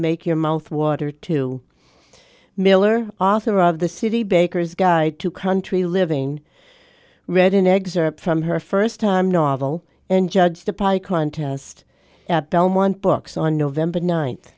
make your mouth water to miller author of the city bakers guide to country living red in eggs or from her first time novel and judge the public contest at belmont books on november ninth